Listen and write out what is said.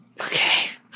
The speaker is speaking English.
Okay